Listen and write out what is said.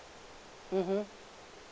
mmhmm